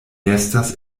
estas